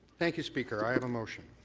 thank you, speaker. i have motion.